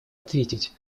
ответить